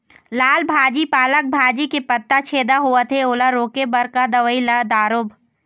लाल भाजी पालक भाजी के पत्ता छेदा होवथे ओला रोके बर का दवई ला दारोब?